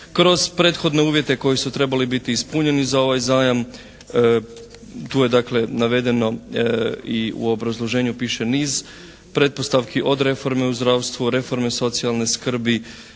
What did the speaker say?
Kroz prethodne uvjete koji su trebali biti ispunjeni za ovaj zajam tu je dakle navedeno i u obrazloženju piše niz pretpostavki od reforme u zdravstvu, reforme socijalne skrbi,